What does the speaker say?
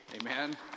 amen